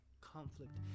conflict